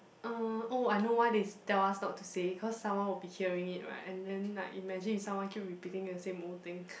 uh oh I know why they tell us not to say cause someone will be hearing it right and then like imagine if someone keep repeating the same old thing